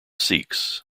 seeks